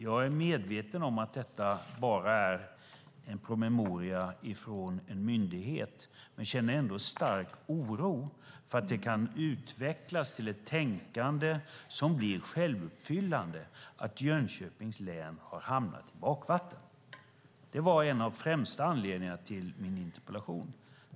Jag är medveten om att detta är bara en promemoria från en myndighet men känner ändå en stark oro för att det kan utvecklas till ett tänkande som blir självuppfyllande, nämligen att Jönköpings län har hamnat i bakvattnet. Det var en av de främsta anledningarna till min interpellation.